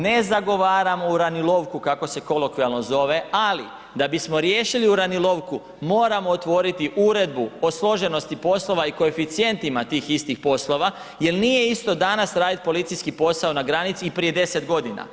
Ne zagovaram uranilovku kako se kolokvijalno zove ali da bismo riješili uranilovku moramo otvoriti uredbu o složenosti poslova i koeficijentima tim istih poslova jer nije isto danas raditi policijski posao na granici i prije 10 godina.